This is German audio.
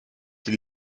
die